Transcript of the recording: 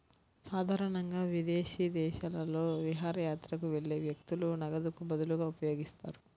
సాధారణంగా విదేశీ దేశాలలో విహారయాత్రకు వెళ్లే వ్యక్తులు నగదుకు బదులుగా ఉపయోగిస్తారు